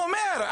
הוא אומר,